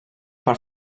per